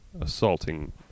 assaulting